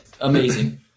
amazing